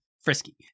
frisky